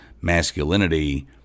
masculinity